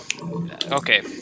Okay